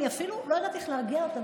שאני אפילו לא ידעתי איך להרגיע אותה.